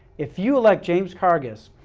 if you elect james cargas,